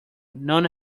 none